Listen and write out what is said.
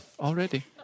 already